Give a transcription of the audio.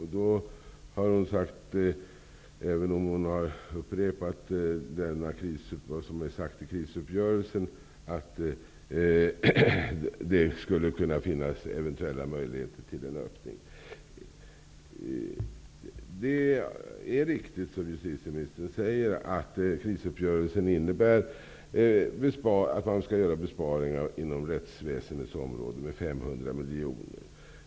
Hon har då sagt -- även om hon också upprepat vad som sagts i krisuppgörelsen -- att det finns eventuella möjligheter till en öppning. Precis som justitieministern säger innebär krisuppgörelsen att man skall göra besparingar inom rättsväsendets område med 500 miljoner.